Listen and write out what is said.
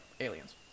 aliens